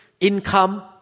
income